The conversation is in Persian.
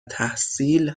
تحصیل